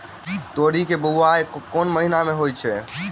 तोरी केँ बोवाई केँ महीना मे होइ छैय?